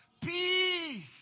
Peace